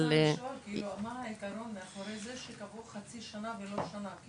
אבל --- אני רוצה לשאול: מה העיקרון מאחורי זה שקבעו חצי שנה ולא שנה?